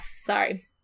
sorry